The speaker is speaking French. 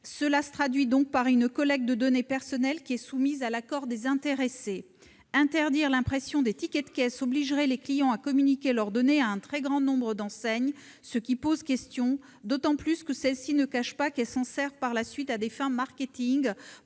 qui se traduit par une collecte de données personnelles, soumise à l'accord des intéressés. Interdire l'impression des tickets de caisse obligerait les clients à communiquer leurs données à un très grand nombre d'enseignes, ce qui pose question, d'autant que celles-ci ne cachent pas s'en servir à des fins de marketing,